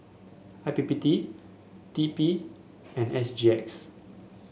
I P P T T P and S G X